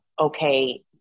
okay